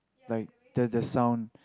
like the the sound